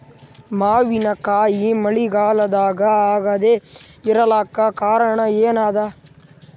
ಮಾವಿನಕಾಯಿ ಮಳಿಗಾಲದಾಗ ಆಗದೆ ಇರಲಾಕ ಕಾರಣ ಏನದ?